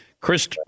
Chris